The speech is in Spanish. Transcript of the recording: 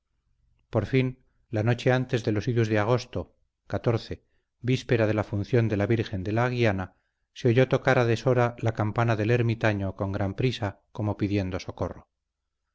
por fin la noche antes de los idus de agosto víspera de la función de la virgen de la aguiana se oyó tocar a deshora la campana del ermitaño con gran prisa como pidiendo socorro